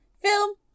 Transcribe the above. film